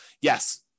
yes